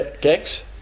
Gex